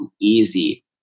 Easy